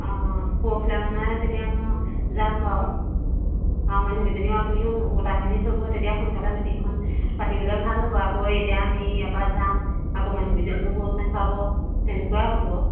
অঁ পৰহিলে মানে তেতিয়া মই যাম বাৰু আকৌ মানুহকেইজনীও আপুনিও গোটাই মেলি থ'ব তেতিয়া সোনকালে মিটিঙখন পাতিবলৈ ভাল হ'ব আকৌ এতিয়া আমি ইয়াৰ পৰা যাম আকৌ মানুহকেইজনীও গোট নেখাব তেনেকুৱা হ'ব